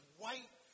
white